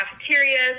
cafeterias